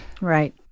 Right